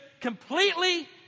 completely